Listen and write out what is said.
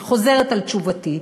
אני חוזרת על תשובתי,